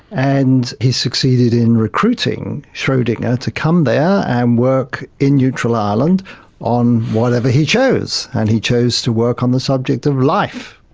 and he succeeded in recruiting schrodinger to come there and work in neutral ireland on whatever he chose, and he chose to work on the subject of life.